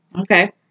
Okay